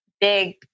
big